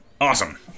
Awesome